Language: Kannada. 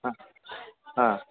ಹಾಂ ಹಾಂ